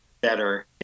better